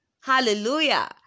hallelujah